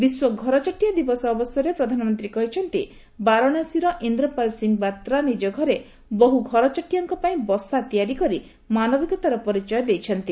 ବିଶ୍ୱ ଘରଚଟିଆ ଦିବସ ଅବସରରେ ପ୍ରଧାନମନ୍ତ୍ରୀ କହିଛନ୍ତି ବାରାଣାସୀର ଇନ୍ଦ୍ରପାଲ୍ ସିଂ ବାତ୍ରା ନିଜ ଘରେ ବହୁ ଘରଚଟିଆଙ୍କ ପାଇଁ ବସା ତିଆରି କରି ମାନବିକତାର ପରିଚୟ ଦେଇଛନ୍ତି